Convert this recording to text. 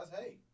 hey